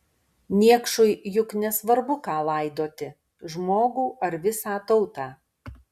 niekšui juk nesvarbu ką laidoti žmogų ar visą tautą